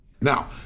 Now